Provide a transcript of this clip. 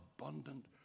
abundant